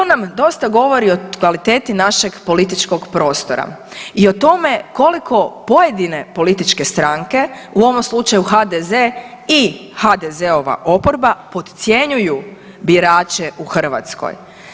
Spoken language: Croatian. To nam dosta govori o kvaliteti našeg političkog prostora i o tome koliko pojedine političke stranke, u ovom slučaju HDZ i HDZ-ova oporba, podcjenjuju birače u Hrvatskoj.